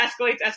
escalates